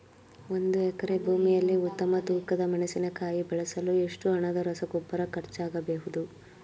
ಒಂದು ಎಕರೆ ಭೂಮಿಯಲ್ಲಿ ಉತ್ತಮ ತೂಕದ ಮೆಣಸಿನಕಾಯಿ ಬೆಳೆಸಲು ಎಷ್ಟು ಹಣದ ರಸಗೊಬ್ಬರ ಖರ್ಚಾಗಬಹುದು?